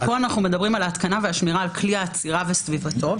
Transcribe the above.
פה אנחנו מדברים על ההתקנה והשמירה על כלי האצירה וסביבתו.